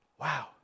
Wow